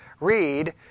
read